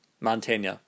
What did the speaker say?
Montaigne